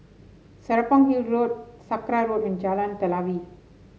Serapong Hill Road Sakra Road and Jalan Telawi